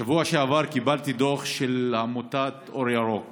בשבוע שעבר קיבלתי דוח של עמותת אור ירוק